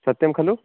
सत्यं खलु